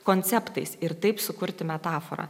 konceptais ir taip sukurti metaforą